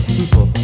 people